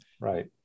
Right